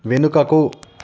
వెనుకకు